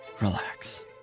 relax